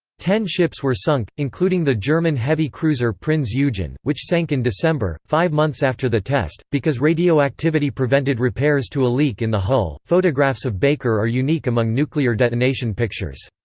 ten ships were sunk, including the german heavy cruiser prinz eugen, which sank in december, five months after the test, because radioactivity prevented repairs to a leak in the hull photographs of baker are unique among nuclear detonation pictures.